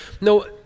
no